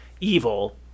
evil